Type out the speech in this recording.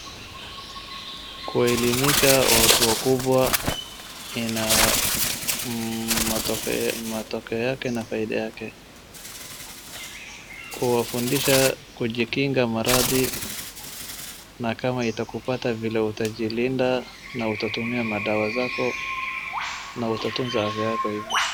Kuelemisha watu wakubwa ina matokeo yake na faida yake. Kuwafundisha kujikinga maradhi na kama itakupata vile utajilinda na utatumia madawa zako na utatunza afya yako hivyo.